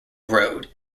road